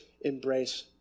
embrace